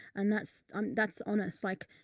and that's, um, that's honest. like,